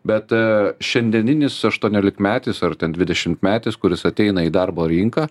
bet šiandieninis aštuoniolikmetis ar ten dvidešimtmetis kuris ateina į darbo rinką